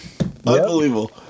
unbelievable